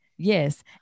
Yes